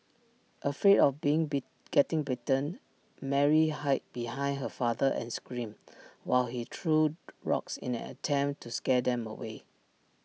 afraid of being be getting bitten Mary hid behind her father and screamed while he threw rocks in an attempt to scare them away